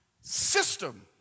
system